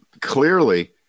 clearly